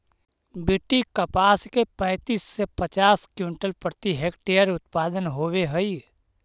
BT कपास के पैंतीस से पचास क्विंटल प्रति हेक्टेयर उत्पादन होवे हई